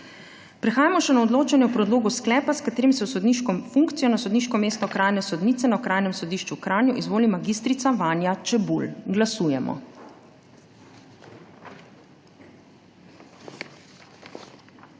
Prehajamo še na odločanje o predlogu sklepa, s katerim se v sodniško funkcijo na sodniško mesto okrajne sodnice na Okrajnem sodišču v Kranju izvoli mag. Vanja Čebulj. Glasujemo.